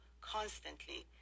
constantly